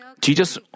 Jesus